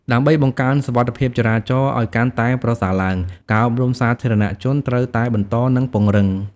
ដើម្បីបង្កើនសុវត្ថិភាពចរាចរណ៍ឱ្យកាន់តែប្រសើរឡើង ការអប់រំសាធារណជនត្រូវតែបន្ត និងពង្រឹង។